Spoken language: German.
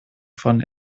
von